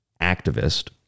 activist